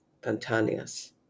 Pantanius